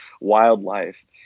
wildlife